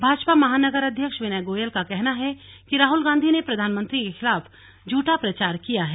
भाजपा महानगर अध्यक्ष विनय गोयल का कहना है कि राहुल गांधी ने प्रधानमंत्री के खिलाफ झूठा प्रचार किया है